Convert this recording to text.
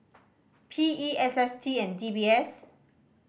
P E S S T and D B S